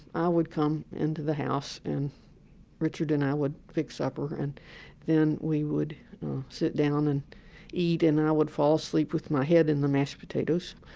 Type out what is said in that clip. i would come into the house, and richard and i would fix supper, and then we would sit down and eat and and i would fall asleep with my head in the mashed potatoes.